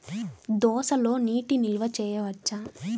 దోసలో నీటి నిల్వ చేయవచ్చా?